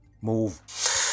Move